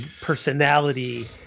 personality